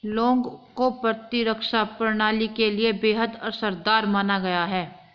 लौंग को प्रतिरक्षा प्रणाली के लिए बेहद असरदार माना गया है